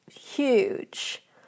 huge